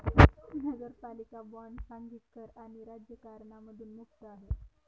नगरपालिका बॉण्ड सांघिक कर आणि राज्य करांमधून मुक्त आहे